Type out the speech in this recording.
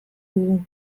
dugu